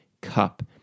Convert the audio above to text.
cup